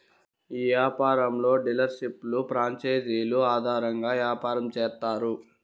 ఈ యాపారంలో డీలర్షిప్లు ప్రాంచేజీలు ఆధారంగా యాపారం చేత్తారు